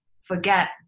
forget